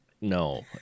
no